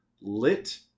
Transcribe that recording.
lit